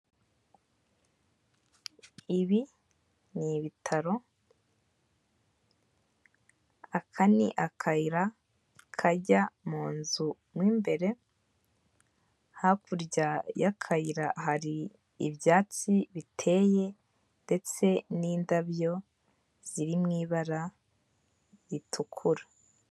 Ibi ni ibitaro, aka ni akayira kajya mu nzu mu imbere, hakurya y'akayira hari ibyatsi biteye ndetse n'indabyo ziri mu ibara ritukura.